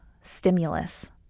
stimulus